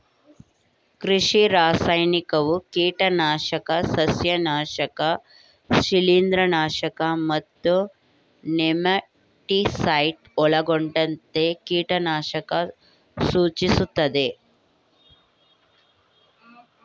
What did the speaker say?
ಕೃಷಿ ರಾಸಾಯನಿಕವು ಕೀಟನಾಶಕ ಸಸ್ಯನಾಶಕ ಶಿಲೀಂಧ್ರನಾಶಕ ಮತ್ತು ನೆಮಟಿಸೈಡ್ ಒಳಗೊಂಡಂತೆ ಕೀಟನಾಶಕ ಸೂಚಿಸ್ತದೆ